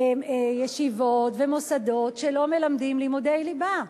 חדשים ישיבות ומוסדות שלא מלמדים לימודי ליבה.